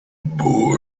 boy